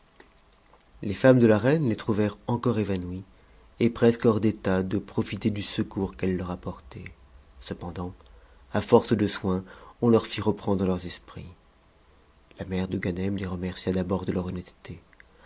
les femmes de la reine les trouvèrent encore évanouies et presque hors d'état de profiter du secours qu'elles leur apportaient cependant à force de soins on leur fit reprendre leurs esprits la mère de ganem les remercia d'abord de leur honnêteté